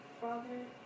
Father